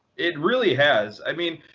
it really has. i mean,